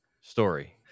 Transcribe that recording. story